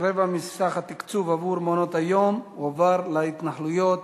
רבע מתקציב מעונות-היום הועבר להתנחלויות,